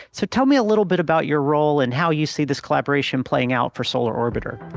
so tell me a little bit about your role and how you see this collaboration playing out for solar orbiter.